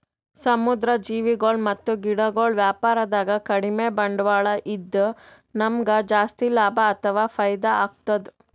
ಸಮುದ್ರ್ ಜೀವಿಗೊಳ್ ಮತ್ತ್ ಗಿಡಗೊಳ್ ವ್ಯಾಪಾರದಾಗ ಕಡಿಮ್ ಬಂಡ್ವಾಳ ಇದ್ದ್ ನಮ್ಗ್ ಜಾಸ್ತಿ ಲಾಭ ಅಥವಾ ಫೈದಾ ಆಗ್ತದ್